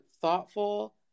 thoughtful